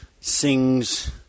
sings